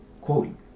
quoting